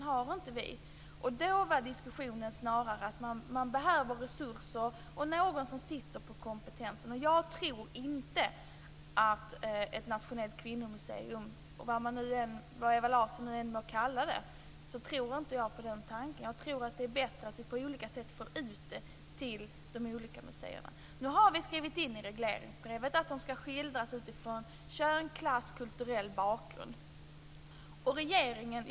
Diskussionen handlade snarare om att man behöver resurser och någon som sitter på kompetensen. Jag tror inte på tanken om ett nationellt kvinnomuseum - vad än Ewa Larsson må kalla det. Jag tror att det är bättre att vi på olika sätt får ut det här till de olika museerna. Nu har vi skrivit in i regleringsbrevet att det här ska skildras utifrån skilda perspektiv, t.ex. då det gäller kön, klass och kulturell bakgrund.